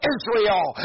Israel